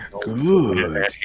Good